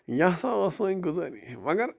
یہِ ہسا ٲسۍ سٲنۍ گُزٲرِش مگر